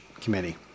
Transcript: committee